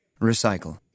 Recycle